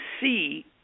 see